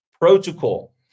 protocol